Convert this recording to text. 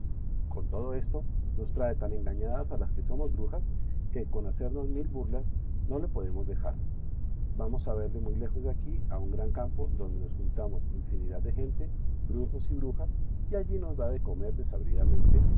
con todo esto nos trae tan engañadas a las que somos brujas que con hacernos mil burlas no le podemos dejar vamos a verle muy lejos de aquí a un gran campo donde nos juntamos infinidad de gente brujos y brujas y allí nos da de comer